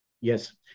Yes